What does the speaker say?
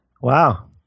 wow